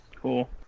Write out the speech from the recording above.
Cool